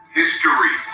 history